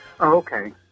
Okay